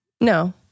No